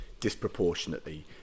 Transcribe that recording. disproportionately